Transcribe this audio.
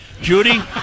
Judy